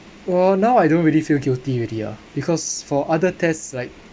!wah! now I don't really feel guilty already ah because for other tests like